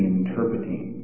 interpreting